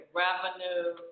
revenue